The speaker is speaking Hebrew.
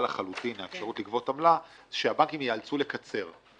לחלוטין האפשרות לגבות עמלה זה שהבנקים ייאלצו לקצר.